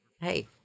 hey